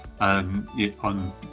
On